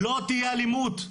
לא תהיה אלימות.